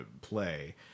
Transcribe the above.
play